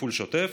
תפעול שוטף.